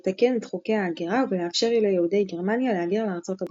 לתקן את חוקי ההגירה ולאפשר ליהודי גרמניה להגר לארצות הברית.